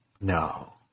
no